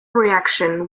reaction